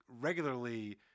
regularly